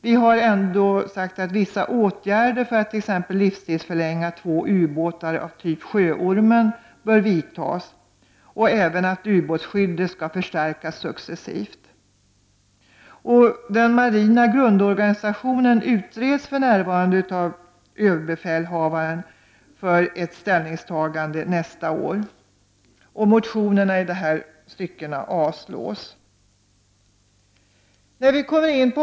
Vi har ändå sagt att vissa åtgärder för att t.ex. livstidsförlänga två ubåtar av typ Sjöormen bör vidtagas och även att ubåtsskyddet skall förstärkas successivt. Den marina grundorganisationen utreds för närvarande av överbefälhavaren för ett ställningstagande nästa år. Motionerna i dessa stycken avstyrks.